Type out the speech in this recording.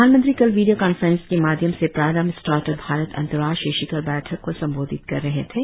प्रधानमंत्री कल video conference के माध्यम से प्रारंभ स्टार्टअप भारत अंतरराष्ट्रीय शिखर बैठक को संबोधित कर रहे थे